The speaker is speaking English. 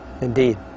indeed